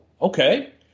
okay